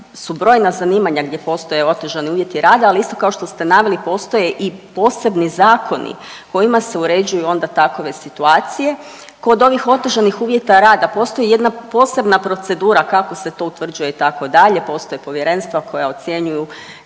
su brojna zanimanja gdje postoje otežani uvjeti rada, ali isto kao što ste naveli postoje i posebni zakoni kojima se uređuju onda takove situacije. Kod ovih otežanih uvjeta rada postoji jedna posebna procedura kako se to utvrđuje itd., postoje povjerenstva koja ocjenjuju